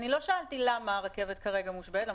לא שאלתי למה הרכבת כרגע מושבתת,